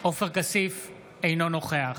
אינו נוכח